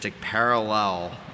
parallel